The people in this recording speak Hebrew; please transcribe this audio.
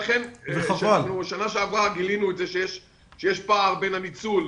ולכן כשבשנה שעברה גילינו שיש פער בין הניצול